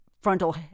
frontal